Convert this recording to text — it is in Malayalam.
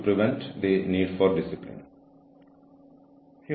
എന്റെ പേര് ആരാധന മാലിക്